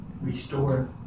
restore